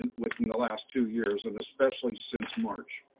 and within the last two years and especially since march.